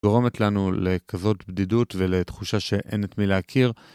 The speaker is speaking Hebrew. גורמת לנו לכזאת בדידות ולתחושה שאין את מי להכיר.